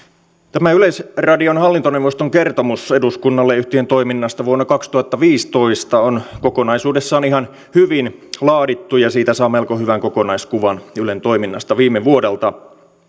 tämä yleisradion hallintoneuvoston kertomus eduskunnalle yhtiön toiminnasta vuonna kaksituhattaviisitoista on kokonaisuudessaan ihan hyvin laadittu ja siitä saa melko hyvän kokonaiskuvan ylen toiminnasta viime vuodelta